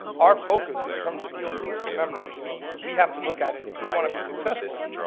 our focus in terms of deal flow, remember we we have to look at it if we want to be successful,